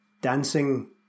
dancing